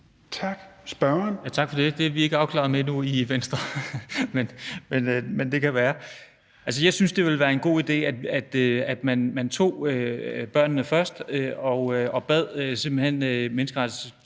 Tak for det. Det er vi ikke afklaret omkring endnu i Venstre, men det kan være. Jeg synes, det ville være en god idé, at man tog børnene først og simpelt hen bad